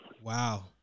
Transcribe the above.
Wow